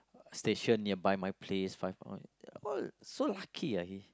station nearby my place five ah all so lucky ah he